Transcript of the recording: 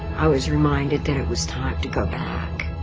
i was reminded that it was time back